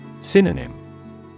Synonym